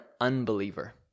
unbeliever